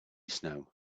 snow